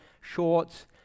shorts